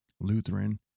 Lutheran